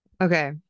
okay